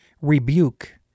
rebuke